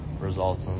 results